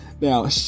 now